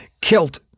Kilt